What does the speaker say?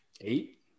Eight